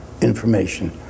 information